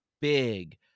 big